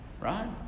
Right